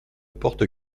porte